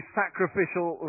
sacrificial